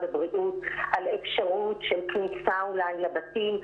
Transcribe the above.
הבריאות על אפשרות של כניסה אולי לבתים,